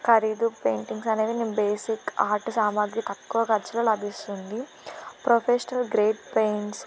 ఖరీదు పెయింటింగ్స్ అనేవి నేను బేసిక్ ఆర్ట్ సామాగ్రి తక్కువ ఖర్చులు లభిస్తుంది ప్రొఫెషనల్ గ్రేట్ పెయింట్స్